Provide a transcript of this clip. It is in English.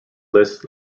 lists